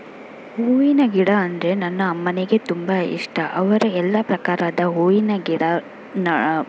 ಹೂವಿನ ಗಿಡ ಅಂದರೆ ನನ್ನ ಅಮ್ಮನಿಗೆ ತುಂಬ ಇಷ್ಟ ಅವರು ಎಲ್ಲ ಪ್ರಕಾರದ ಹೂವಿನ ಗಿಡ ನ